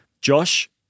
Josh